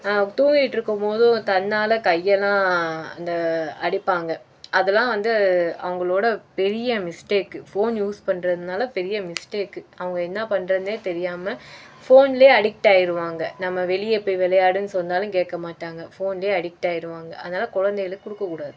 ஆனால் தூங்கிட்டுருக்கும் போதும் தன்னால் கையெல்லாம் இந்த அடிப்பாங்கள் அதெலாம் வந்து அவங்களோட பெரிய மிஸ்டேக்கு ஃபோன் யூஸ் பண்ணுறதுனால பெரிய மிஸ்டேக்கு அவங்க என்ன பண்ணுறதுனே தெரியாமல் ஃபோன்ல அடிக்ட் ஆயிடுவாங்க நம்ம வெளியே போய் விளையாடுன்னு சொன்னாலும் கேட்க மாட்டாங்கள் ஃபோன்ல அடிக்ட் ஆயிடுவாங்கள் அதனால் குலந்தைகளுக்கு கொடுக்க கூடாது